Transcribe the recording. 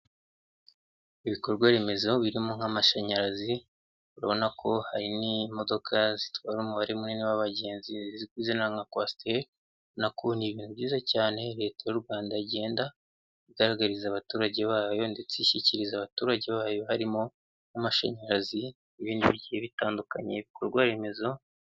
ibikorwa remezo birimo nk'amashanyarazi babona ko hari n'imodoka zitwara umubare munini w'abagenzi izina nka kwasiteri, urabona ko ni ibintu byiza cyane leta y'u Rwanda igenda igaragariza abaturage bayo ndetse ishyikiriza abaturage bayo, harimo n'amashanyarazi ibindi bigiye bitandukanye ibikorwa remezo.